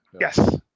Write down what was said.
Yes